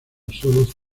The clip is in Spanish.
solo